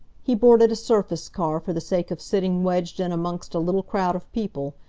he boarded a surface car for the sake of sitting wedged in amongst a little crowd of people,